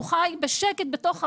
הוא חי בשקט בתוך הבית,